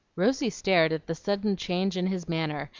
rosy stared at the sudden change in his manner,